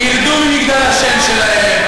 ירדו ממגדל השן שלהם,